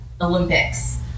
Olympics